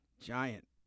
Giant